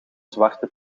zwarte